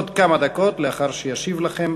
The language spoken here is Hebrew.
לאחר שישיב לכן,